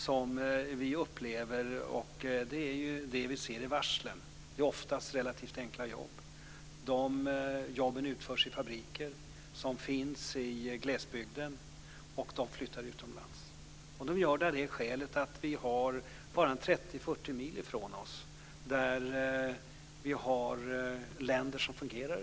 Vi ser varslen. De gäller oftast relativt enkla jobb som utförs i fabriker i glesbygden. Arbetena flyttar utomlands. De gör det av det skälet att det bara 30-40 mil härifrån finns länder som i dag fungerar.